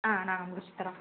ஆ நாங்கள் முடிச்சுத் தரோம்